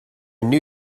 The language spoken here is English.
knew